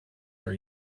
are